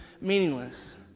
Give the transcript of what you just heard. meaningless